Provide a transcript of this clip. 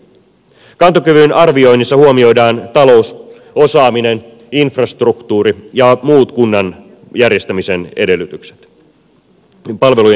kantokyvyn arvioinnissa huomioidaan talous osaaminen infrastruktuuri ja muut kunnan palveluiden järjestämisen edellytykset